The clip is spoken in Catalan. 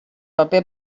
paper